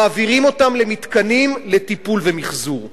מעבירים אותם למתקנים לטיפול ומיחזור.